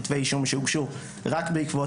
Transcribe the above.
כתבי אישום שהוגשו רק בעקבות